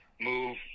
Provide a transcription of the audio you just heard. move